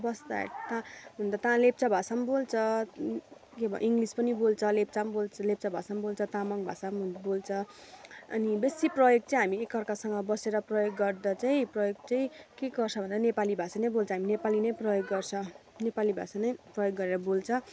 बस्दा गर्दा हुनु त ता लेप्चा भाषा बोल्छ के भयो इङ्ग्लिस पनि बोल्छ लेप्चा बोल्छ लेप्चा भाषा बोल्छ तामाङ भाषा बोल्छ अनि बेसी प्रयोग चाहिँ हामी एक अर्कासँग बसेर प्रयोग गर्दा चाहिँ प्रयोग चाहिँ के गर्छ भन्दा नेपाली भाषा नै बोल्छ हामी नेपाली नै प्रयोग गर्छ नेपाली भाषा नै प्रयोग गरेर बोल्छ